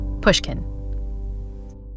pushkin